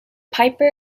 piper